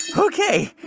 ok.